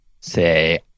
say